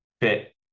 fit